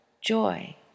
joy